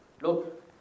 look